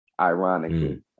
ironically